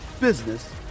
business